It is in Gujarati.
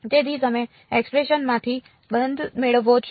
તેથી તમે એક્સપ્રેશન માંથી બંધ મેળવો છો